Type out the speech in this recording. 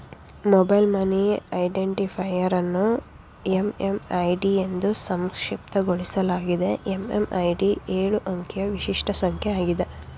mobile money identifier ಇದನ್ನು MMID ಎಂದೂ ಸಂಕ್ಷಿಪ್ತಗೊಳಿಸಲಾಗಿದೆ ಎಂ.ಎಂ.ಐ.ಡಿ ಎಳು ಅಂಕಿಯ ವಿಶಿಷ್ಟ ಸಂಖ್ಯೆ ಆಗಿದೆ